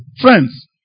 Friends